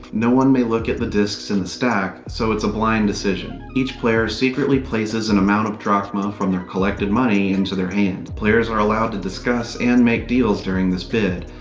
no one may look at the discs in the stack, so it's a blind decision. each player secretly places an amount of drachma from their collected money into their hand. players are allowed to discuss and make deals during this bid,